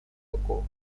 toko